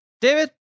David